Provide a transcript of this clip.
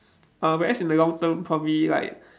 uh whereas in the long term probably like